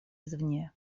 извне